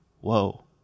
whoa